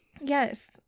yes